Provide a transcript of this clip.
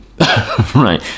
Right